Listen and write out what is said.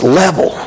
level